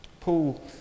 Paul